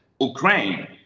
ukraine